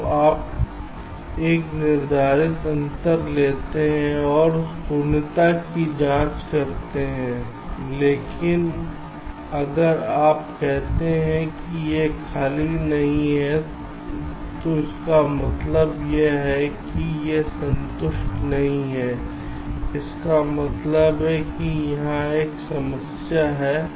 तो आप एक निर्धारित अंतर लेते हैं और शून्यता की जांच करते हैं लेकिन अगर आप कहते हैं यह खाली नहीं है इसका मतलब यह है कि यह संतुष्ट नहीं है इसका मतलब है यहाँ एक समस्या है